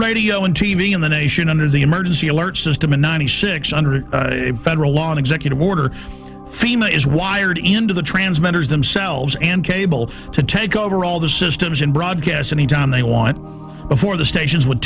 radio and t v in the nation under the emergency alert system in ninety six under federal law an executive order fema is wired into the transmitters themselves and cable to take over all the systems and broadcast any time they want before the stations would